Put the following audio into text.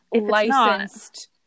Licensed